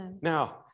Now